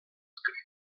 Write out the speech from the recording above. scritta